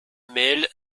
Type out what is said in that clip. mel